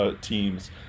teams